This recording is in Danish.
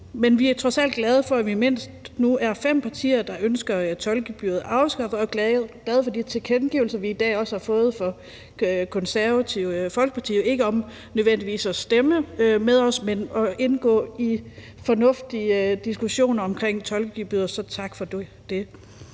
Men vi er trods alt glade for, at vi nu mindst er fem partier, der ønsker tolkegebyret afskaffet, og vi er også glade for de tilkendegivelser, vi i dag har fået fra Det Konservative Folkeparti, altså ikke nødvendigvis om at stemme med os, men om at indgå i fornuftige diskussioner omkring tolkegebyret, så tak for det.